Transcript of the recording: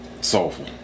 soulful